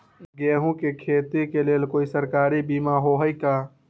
गेंहू के खेती के लेल कोइ सरकारी बीमा होईअ का?